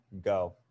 Go